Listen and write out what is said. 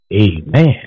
amen